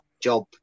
job